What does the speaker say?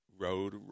road